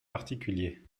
particulier